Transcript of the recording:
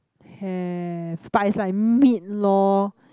have but is like meat lor